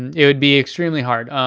and it would be extremely hard.